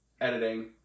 editing